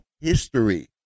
history